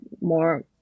more